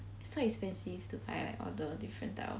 so expensive to buy all the different type of